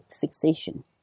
fixation